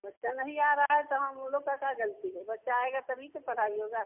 बच्चा नहीं आ रहा है तो हम लोग का का गलती है बच्चा आएगा तभी तो पढ़ाई होगा